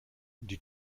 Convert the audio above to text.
die